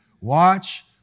Watch